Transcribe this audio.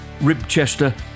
Ribchester